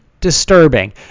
disturbing